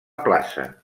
plaça